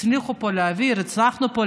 הצלחנו להעביר פה,